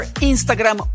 Instagram